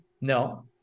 no